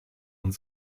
und